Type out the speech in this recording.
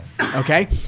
okay